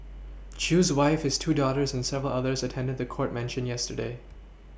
Chew's wife his two daughters and several others attended the court mention yesterday